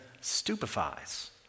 stupefies